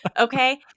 Okay